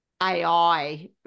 AI